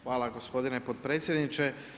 Hvala gospodine potpredsjedniče.